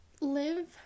Live